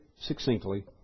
succinctly